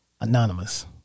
Anonymous